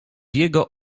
jego